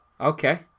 Okay